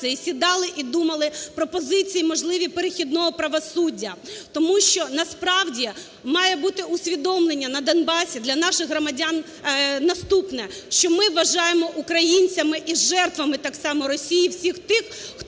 сідали і думали пропозиції можливі перехідного правосуддя. Тому що насправді має бути усвідомлення на Донбасі для наших громадян наступне: що ми вважаємо українцями і жертвами так само Росії всіх тих,